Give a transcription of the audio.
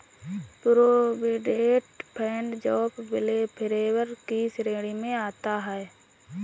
provident fund job welfare की श्रेणी में आता है